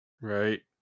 right